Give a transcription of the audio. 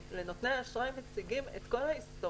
לנותני האשראי אנחנו מציגים את כל ההיסטוריה.